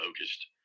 focused